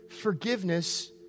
forgiveness